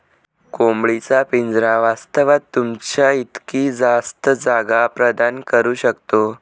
कोंबडी चा पिंजरा वास्तवात, तुमच्या इतकी जास्त जागा प्रदान करू शकतो